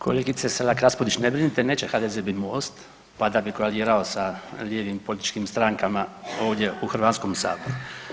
Kolegice Selak Raspudić, ne brinite neće HDZ biti MOST pa da bi koalirao sa lijevim političkim strankama ovdje u Hrvatskom saboru.